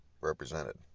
represented